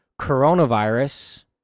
coronavirus